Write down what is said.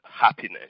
happiness